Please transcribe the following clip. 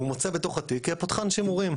הוא מוצא בתוך התיק פותחן קופסת שימורים.